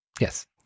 Yes